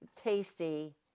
tasty